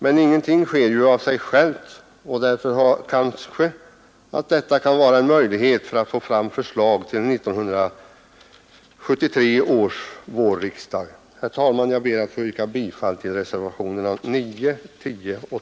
Men ingenting sker ju av sig självt, och därför kanske detta kan vara en möjlighet att få fram förslag till 1973 års vårriksdag. Herr talman! Jag ber att få yrka bifall till reservationerna 9, 10 och >